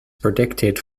predicted